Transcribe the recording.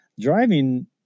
driving